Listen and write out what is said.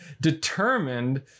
Determined